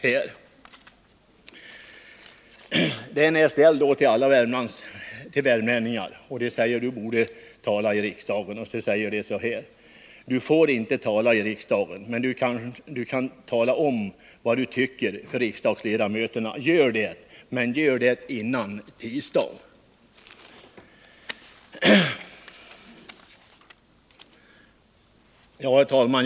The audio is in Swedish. Annonsen är ställd till alla värmlänningar och använder i rubriken orden ”tala i riksdagen”. I texten står sedan följande: ”Du får inte tala i riksdagen, men Du kan tala om vad Du tycker för riksdagsledamöterna. Gör det — men gör det innan tisdag.” Herr talman!